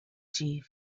chief